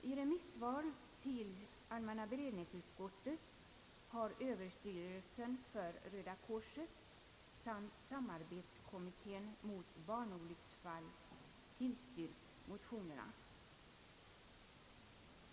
I remissvar till allmänna beredningsutskottet har Överstyrelsen för Röda korset samt samarbetskommittén mot barnolycksfall tillstyrkt motionerna.